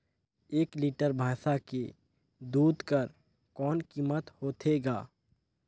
एक लीटर भैंसा के दूध कर कौन कीमत होथे ग?